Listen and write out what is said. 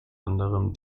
anderem